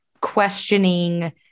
questioning